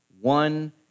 one